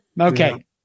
Okay